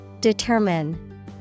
Determine